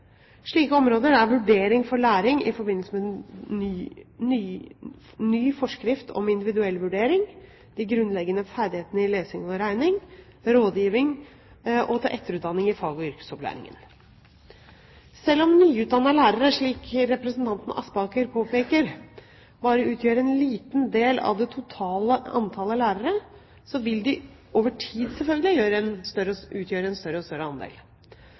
Slike områder er vurdering for læring i forbindelse med nye forskrifter om individuell vurdering, de grunnleggende ferdighetene lesing og regning, rådgiving og til etterutdanning i fag- og yrkesopplæring. Selv om nyutdannede lærere, slik representanten Aspaker påpeker, bare utgjør en liten del av det totale antall lærere, vil de over tid selvfølgelig utgjøre en større og